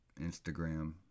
Instagram